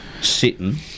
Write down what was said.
sitting